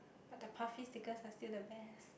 but the puffy stickers are still the best